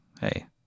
Hey